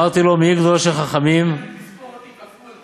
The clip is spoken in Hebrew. גם אם תספור אותי כפול,